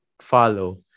follow